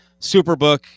Superbook